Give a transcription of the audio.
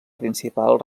principal